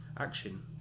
action